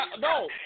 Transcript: no